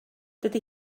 dydy